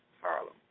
Harlem